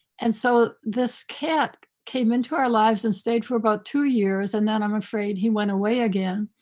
and so this cat came into our lives and stayed for about two years, and then i'm afraid he went away again,